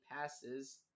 passes